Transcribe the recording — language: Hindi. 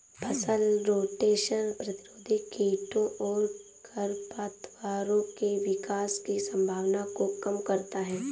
फसल रोटेशन प्रतिरोधी कीटों और खरपतवारों के विकास की संभावना को कम करता है